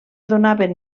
donaven